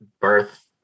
birth